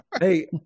Hey